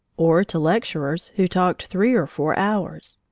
or to lecturers who talked three or four hours.